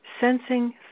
Sensing